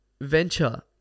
venture